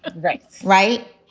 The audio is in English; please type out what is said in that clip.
but right. right.